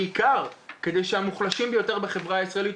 בעיקר כדי שהמוחלשים ביותר בחברה הישראלית